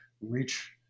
reach